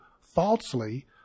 falsely